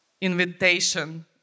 invitation